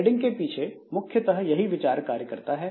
threading के पीछे मुख्यतः यही विचार कार्य करता है